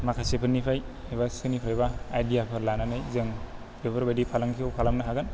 माखासेफोरनिफ्राय एबा सोरनिफ्राइबा आइदियाफोर लानानै जों बेफोरबायदि फालांगिखौ खालामनो हागोन